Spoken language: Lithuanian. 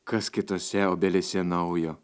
kas kitose obelyse naujo